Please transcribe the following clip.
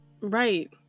Right